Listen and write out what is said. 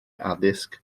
addysg